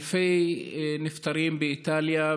אלפי נפטרים באיטליה,